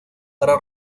para